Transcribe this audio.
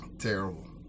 terrible